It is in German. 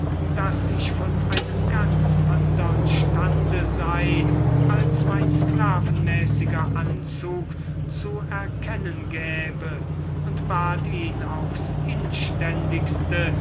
daß ich von einem ganz andern stande sei als mein sklavenmäßiger anzug zu erkennen gäbe und bat ihn aufs inständigste